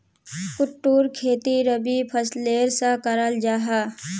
कुट्टूर खेती रबी फसलेर सा कराल जाहा